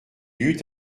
eut